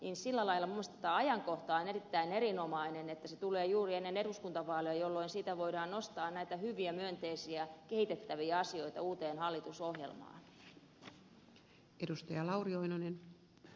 sillä lailla tämä ajankohta on erittäin erinomainen että se tulee juuri ennen eduskuntavaaleja jolloin siitä voidaan nostaa näitä hyviä myönteisiä kehitettäviä asioita uuteen hallitusohjelmaan